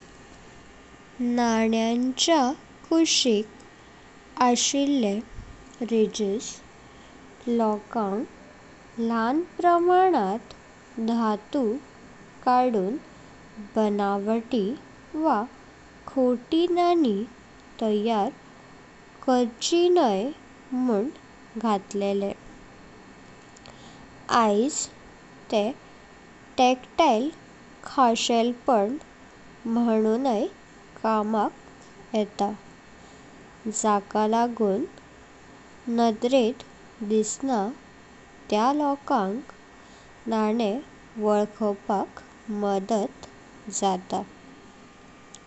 नाण्याच्या कुशिक अशिल्ले रिजेस लोकांक ल्हाल प्रमाणात धातू कडून बनवटी वा खोटी नाणी तयार करची न्हय म्हूण घटलेले। आज तेह टॅक्टाइल खासेलपण म्हणुनई कामाक येता, जाका लागतें नदरेत दिसना त्या लोकांक नाणे वलकवपाक मदद जाता।